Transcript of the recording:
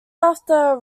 after